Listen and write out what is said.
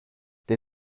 der